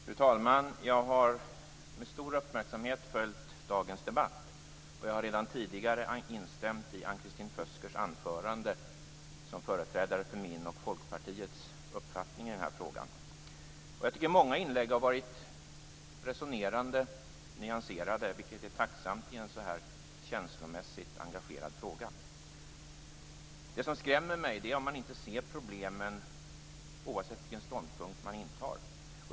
Fru talman! Jag har med stor uppmärksamhet följt dagens debatt, och jag har redan tidigare instämt i anförandet från Ann-Kristin Føsker, som företräder min och Folkpartiets uppfattning i den här frågan. Jag tycker att många inlägg har varit resonerande och nyanserade, vilket är tacksamt i en sådan här känslomässigt engagerad fråga. Det som skrämmer mig är när man inte ser problemen, oavsett vilken ståndpunkt som intas.